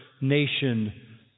nation